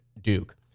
Duke